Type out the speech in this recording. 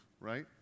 right